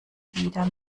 wieder